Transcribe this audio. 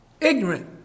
Ignorant